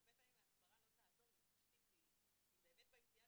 הרבה פעמים הסברה לא תעזור אם באמת ביציאה